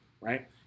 right